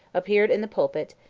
appeared in the pulpit,